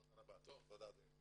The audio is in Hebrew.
תודה רבה אדוני היושב ראש.